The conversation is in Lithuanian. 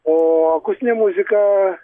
o akustinė muzika